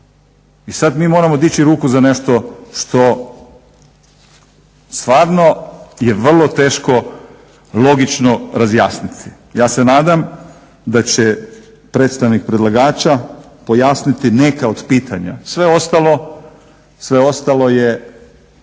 I sad mi moramo dići ruku za nešto što stvarno je vrlo teško logično razjasniti. Ja se nadam da će predstavnik predlagača pojasniti neka od pitanja. Sve ostalo je